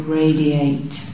radiate